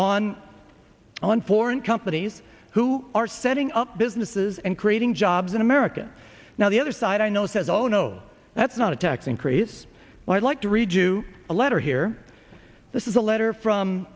on one foreign companies who are setting up businesses and creating jobs in america now the other side i know says oh no that's not a tax increase and i'd like to read you a letter here this is a letter